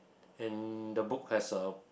and the book has a